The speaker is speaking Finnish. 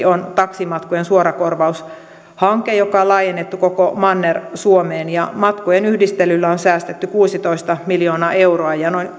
on taksimatkojen suorakorvaushanke joka on laajennettu koko manner suomeen matkojen yhdistelyllä on säästetty kuusitoista miljoonaa euroa ja noin